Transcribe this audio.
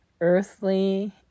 earthly